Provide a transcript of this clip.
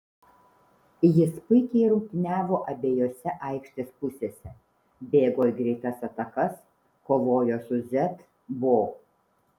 jis puikiai rungtyniavo abejose aikštės pusėse bėgo į greitas atakas kovojo su z bo